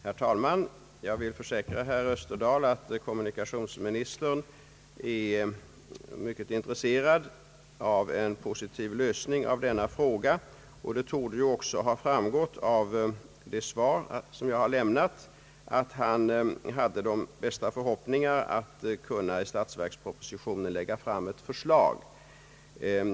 Herr talman! Jag vill försäkra herr Österdahl att kommunikationsministern är mycket intresserad av en positiv lösning av denna fråga. Det torde också ha framgått av det svar som jag har lämnat att han hade de bästa förhoppningar om att kunna lägga fram ett förslag i statsverkspropositionen.